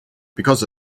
because